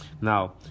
Now